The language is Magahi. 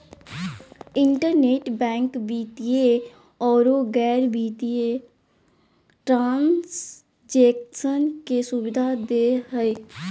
इंटरनेट बैंक वित्तीय औरो गैर वित्तीय ट्रांन्जेक्शन के सुबिधा दे हइ